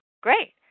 Great